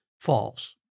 false